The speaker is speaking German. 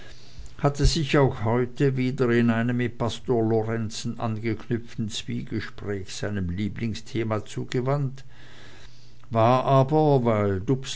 hatte sich auch heute wieder in einem mit pastor lorenzen angeknüpften zwiegespräch seinem lieblingsthema zugewandt war aber weil